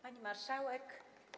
Pani Marszałek!